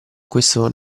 questo